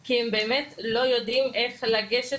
בסיכון, לזכר זיו לוי, זכרונו לברכה.